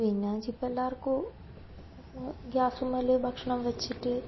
പിന്നെയെന്ന് വെച്ചാൽ ഇപ്പം എല്ലാവർക്കും ഗ്യാസുമ്മേൽ ഭക്ഷണം വെച്ചിട്ട്